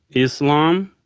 islam,